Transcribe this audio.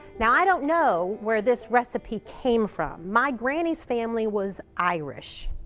now, i don't know where this recipe came from. my granny's family was irish.